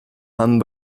and